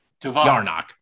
Yarnock